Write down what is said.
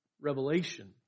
Revelation